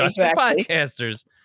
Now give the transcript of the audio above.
podcasters